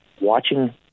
watching